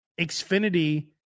Xfinity